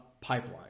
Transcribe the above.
pipeline